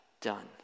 done